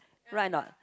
right or not